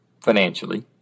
financially